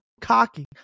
cocky